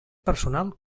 personal